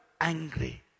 angry